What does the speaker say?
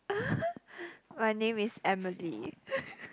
my name is Emily